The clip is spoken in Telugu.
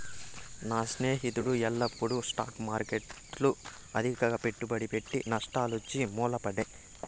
నా స్నేహితుడు ఎల్లప్పుడూ స్టాక్ మార్కెట్ల అతిగా పెట్టుబడి పెట్టె, నష్టాలొచ్చి మూల పడే